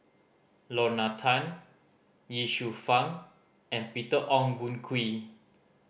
Lorna Tan Ye Shufang and Peter Ong Boon Kwee